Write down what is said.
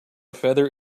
feather